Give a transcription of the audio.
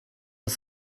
das